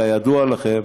כידוע לכם,